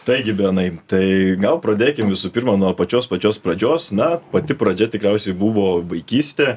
taigi benai tai gal pradėkim visų pirma nuo pačios pačios pradžios na pati pradžia tikriausiai buvo vaikystė